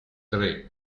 tre